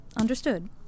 Understood